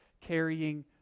carrying